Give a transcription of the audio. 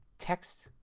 text